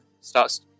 starts